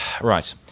right